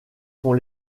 sont